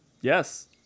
Yes